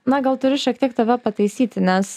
na gal turiu šiek tiek tave pataisyti nes